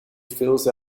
fills